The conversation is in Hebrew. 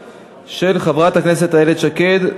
גם חבר הכנסת אלעזר שטרן תמך בחוק,